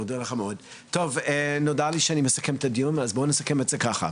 בואו נסכם את זה ככה,